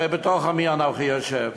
הרי בתוך עמי אנוכי יושב,